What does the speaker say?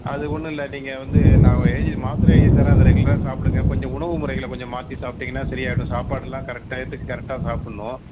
அது ஒன்றும் இல்லை நீங்கள் வந்து நான் எழுதி மாத்திரை எழுதி தரேன் அதை ரெகுல்ராக சாப்பிடுங்க கொஞ்சம் உணவு முறைகளை கொஞ்சம் மாற்றி சாப்பிட்டிங்கன்னா சரி ஆயிடும் சாப்பாடுலாம் கரெக்ட் டையத்துக்கு கரெக்டாக சாப்பிட்ணும்